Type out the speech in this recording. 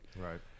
Right